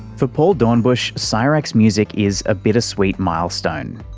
for paul doornbusch, so csirac's music is a bittersweet milestone.